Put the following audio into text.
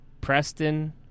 Preston